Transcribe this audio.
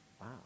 wow